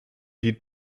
dient